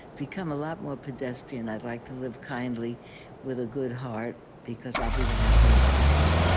become a lot more pedestrian. i'd like to live kindly with a good heart because i'll be the happiest that way